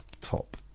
top